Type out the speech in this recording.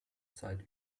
zeit